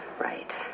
Right